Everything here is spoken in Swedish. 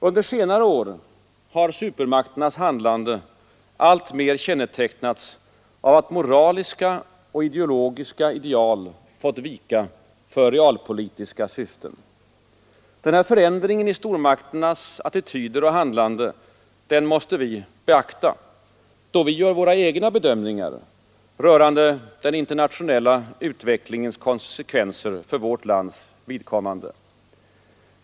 Under senare år har supermakternas handlande alltmer kännetecknats av att moraliska och ideologiska ideal fått vika för realpolitiska syften. Denna förändring i stormakternas attityder och handlande måste vi beakta, då vi gör våra egna bedömningar rörande den internationella utvecklingens konsekvenser för vårt lands vidkommande.